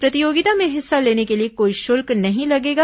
प्रतियोगिता में हिस्सा लेने के लिए कोई शुल्क नहीं लगेगा